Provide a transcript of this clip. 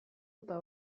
eta